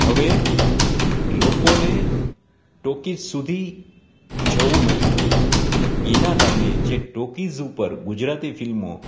હવે લોકોને ટોકિસ સુધી જવું નથી પડતું અને એનાં કારણે જે ટોકિસ ઉપર ગુજરાતી ફિલ્મો